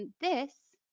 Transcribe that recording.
this